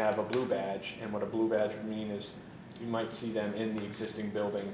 have a blue badge and what a blue badge i mean as you might see them in the existing building